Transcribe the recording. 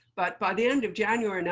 but by the end of january,